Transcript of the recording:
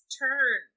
turn